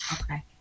Okay